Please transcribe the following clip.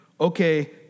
okay